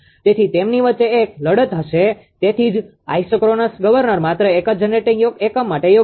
તેથી તેમની વચ્ચે એક લડત હશે તેથી જ આઇસોક્રોનસ ગવર્નર માત્ર એક જ જનરેટિંગ એકમ માટે યોગ્ય છે